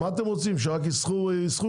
מה אתם רוצים, שרק ישחו שם?